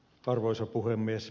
arvoisa puhemies